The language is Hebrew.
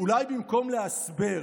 אולי במקום לְהַסְבֵּר,